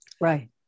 Right